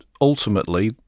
ultimately